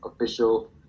official